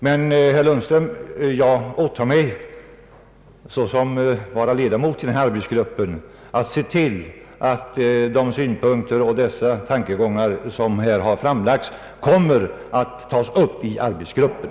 Men, herr Lundström, som ledamot av arbetsgruppen åtar jag mig att se till att de synpunkter och tankegångar som här har framlagts tas upp i arbetsgruppen.